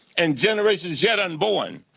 and generations yet unborn,